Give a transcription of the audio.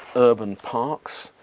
urban parks,